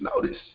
Notice